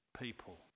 people